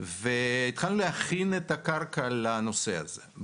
התחלנו להכין את הקרקע לנושא הזה.